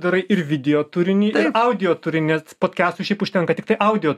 darai ir video turinį audio turinį nes podkestų šiaip užtenka tiktai audio